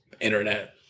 internet